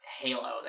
Halo